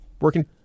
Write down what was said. working